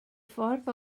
ffordd